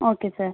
okay sir